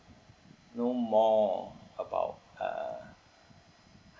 know more about uh